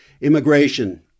Immigration